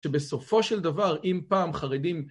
שבסופו של דבר, אם פעם חרדים...